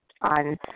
on